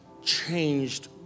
changed